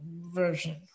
version